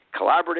collaborative